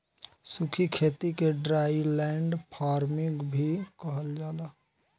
सूखी खेती के ड्राईलैंड फार्मिंग भी कहल जाला